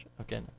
Okay